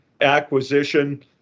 acquisition